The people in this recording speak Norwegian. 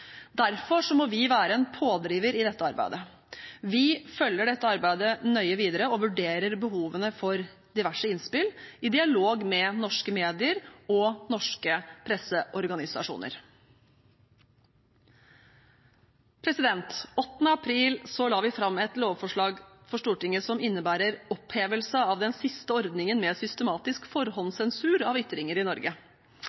Derfor må vi være en pådriver i dette arbeidet. Vi følger dette arbeidet nøye videre og vurderer behovene for diverse innspill – i dialog med norske medier og norske presseorganisasjoner. Den 8. april la vi fram et lovforslag for Stortinget som innebærer opphevelse av den siste ordningen med systematisk